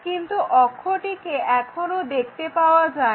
কিন্তু অক্ষটিকে এখনও দেখতে পাওয়া যায় না